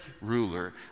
ruler